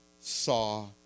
saw